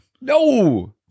No